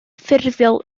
ffurfiol